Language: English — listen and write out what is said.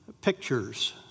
pictures